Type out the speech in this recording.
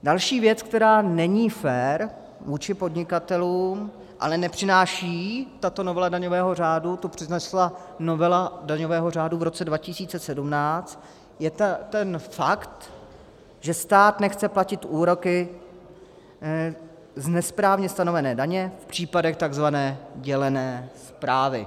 Další věc, která není fér vůči podnikatelům, ale nepřináší ji tato novela daňového řádu, tu přinesla novela daňového řádu v roce 2017, je fakt, že stát nechce platit úroky z nesprávně stanovené daně v případech takzvané dělené správy.